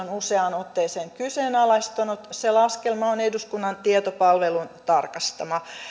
on useaan otteeseen kyseenalaistanut se laskelma on eduskunnan tietopalvelun tarkastama